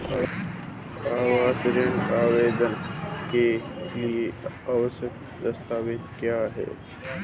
आवास ऋण आवेदन के लिए आवश्यक दस्तावेज़ क्या हैं?